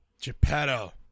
Geppetto